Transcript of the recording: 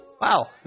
Wow